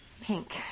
pink